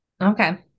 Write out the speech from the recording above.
okay